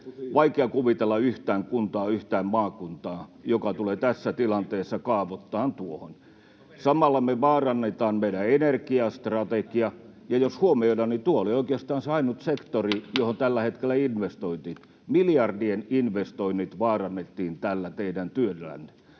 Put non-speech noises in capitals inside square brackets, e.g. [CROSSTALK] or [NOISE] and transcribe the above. Vaikea kuvitella yhtään kuntaa, yhtään maakuntaa, joka tulee tässä tilanteessa kaavoittamaan tuohon. Samalla me vaarannetaan meidän energiastrategia. Ja jos huomioidaan, niin tuo oli oikeastaan se ainut sektori, [NOISE] johon tällä hetkellä investoitiin. Miljardien investoinnit vaarannettiin tällä teidän työllänne.